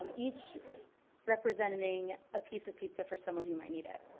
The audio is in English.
um each representing a piece of pizza for someone who might need it.